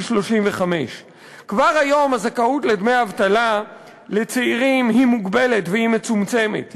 35. כבר היום הזכאות לדמי אבטלה לצעירים היא מוגבלת והיא מצומצמת.